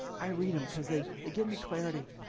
i read them cause they they give me clarity.